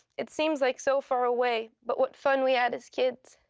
it seems like so far away, but what fun we had as kids.